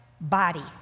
body